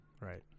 Right